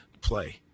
play